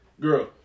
Girl